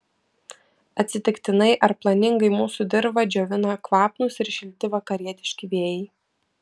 atsitiktinai ar planingai mūsų dirvą džiovina kvapnūs ir šilti vakarietiški vėjai